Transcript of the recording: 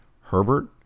Herbert